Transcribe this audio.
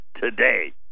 today